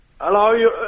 Hello